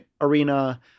arena